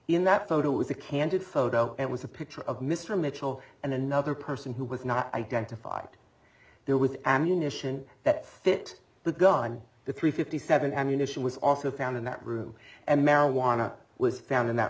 in that photo was a candid photo and was a picture of mr mitchell and another person who was not identified there with ammunition that fit the gun the three fifty seven ammunition was also found in that room and marijuana was found in that